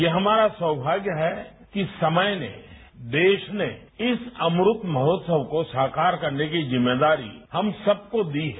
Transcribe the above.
ये हमारा सौभाग्य है कि समय ने देशने इस अमृत महोत्सव को साकार करने की जिम्मेदारी हम सबको दी है